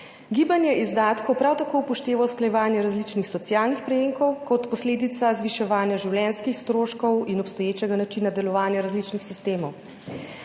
Gibanje izdatkov prav tako upošteva usklajevanje različnih socialnih prejemkov kot posledica zviševanja življenjskih stroškov in obstoječega načina delovanja različnih sistemov.